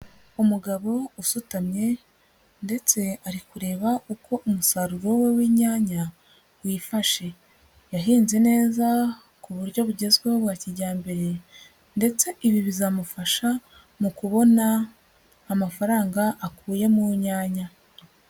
Umugabo usutamye ndetse ari kureba uko umusaruro we w'inyanya wifashe, yahinze neza ku buryo bugezweho bwa kijyambere ndetse ibi bizamufasha mu kubona amafaranga akuye mu nyanya.